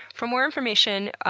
for more information,